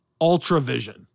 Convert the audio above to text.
UltraVision